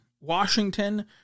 Washington